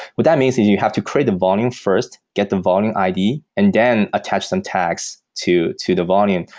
what that means is you have to create the volume first, get the volume id and then attach some tags to to the volume,